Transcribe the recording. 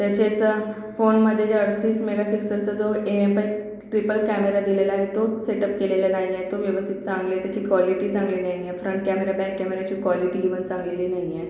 तसेच फोनमध्ये जे अडतीस मेगाफिक्सेलचं जो एएम्पेक ट्रिपल कॅमेरा दिलेला आहे तो सेटअप केलेला नाही आहे तो व्यवस्थित चांगलेय त्याची कॉलिटी चांगली नाही आहे फ्रंट कॅमेरा बॅक कॅमेराची कॉलिटी इवन चांगली नाही आहे